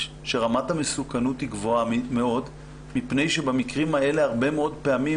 שרמת המסוכנות היא גבוהה מאוד מפני שבמקרים האלה הרבה מאוד פעמים,